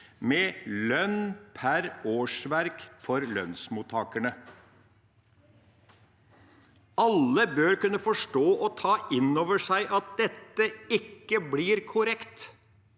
med lønn per årsverk for lønnsmottakerne. Alle bør kunne forstå og ta inn over seg at dette ikke blir korrekt.